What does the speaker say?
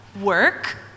work